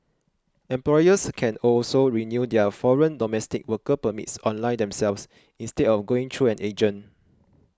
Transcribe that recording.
employers can also renew their foreign domestic worker permits online themselves instead of going through an agent